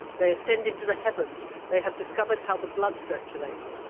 they ascend into the heavens they have discovered how the blood circulates,